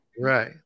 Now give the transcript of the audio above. Right